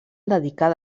dedicada